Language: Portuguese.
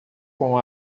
com